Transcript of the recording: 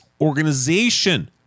organization